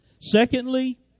Secondly